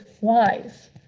wise